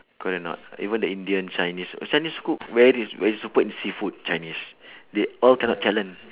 correct or not even the indian chinese oh chinese cook very very super in seafood chinese they all cannot challenge